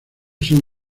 son